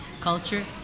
culture